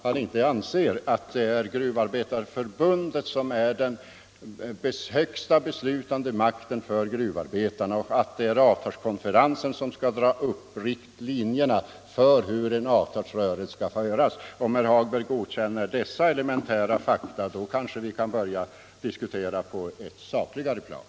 Anser inte herr Hagberg att det är Gruvarbetareförbundet som är den högsta beslutande instansen för gruvarbetarna och att det är avtalskonferensen som drar upp riktlinjerna för hur en avtalsrörelse skall föras? Om herr Hagberg godkänner dessa elementära fakta, då kanske vi kan börja diskutera på ett sakligare plan.